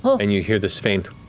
and you hear this faint